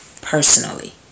personally